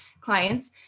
clients